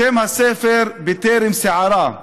שם הספר: "בטרם סערה".